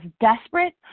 desperate